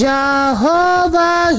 Jehovah